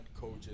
coaches